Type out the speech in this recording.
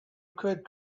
could